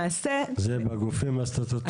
זה בגופים הסטטוטוריים.